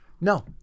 No